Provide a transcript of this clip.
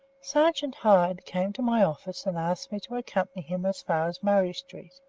sergeant hyde came to my office and asked me to accompany him as far as murray street.